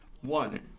One